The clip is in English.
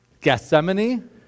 Gethsemane